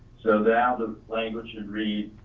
so now the language can read,